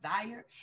desire